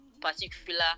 particular